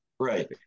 Right